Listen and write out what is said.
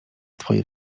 twoje